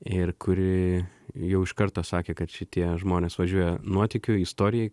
ir kuri jau iš karto sakė kad šitie žmonės važiuoja nuotykių istorijai